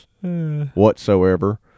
whatsoever